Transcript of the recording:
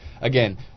again